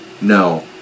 no